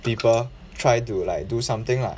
people try to like do something lah